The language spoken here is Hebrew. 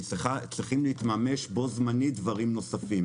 צריכים להתממש בו זמנית דברים נוספים